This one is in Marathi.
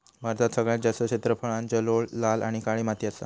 भारतात सगळ्यात जास्त क्षेत्रफळांत जलोळ, लाल आणि काळी माती असा